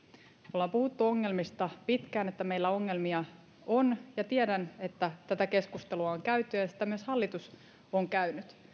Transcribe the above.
ollaan pitkään puhuttu ongelmista että meillä ongelmia on ja tiedän että tätä keskustelua on käyty ja sitä myös hallitus on käynyt